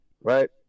right